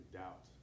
doubt